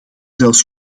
zelfs